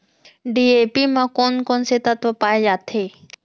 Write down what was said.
DAP म कोन कोन से तत्व पाए जाथे?